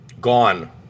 Gone